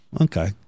Okay